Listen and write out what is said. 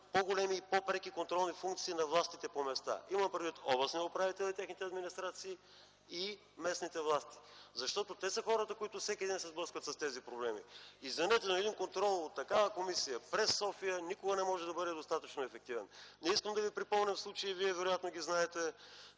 по-големи и по-преки контролни функции на властите по места. Имам предвид областните управители и техните администрации и местните власти. Те са хората, които всеки ден се сблъскват с тези проблеми. Извинете, но един контрол от такава комисия през София никога не може да бъде достатъчно ефективен. Не искам да Ви припомням случаи, вие вероятно ги знаете,